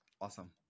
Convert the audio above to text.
Awesome